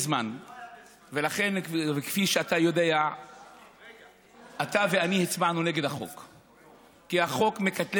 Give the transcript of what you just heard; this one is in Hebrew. הדעה, כי הוא הגיש מכתב